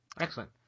excellent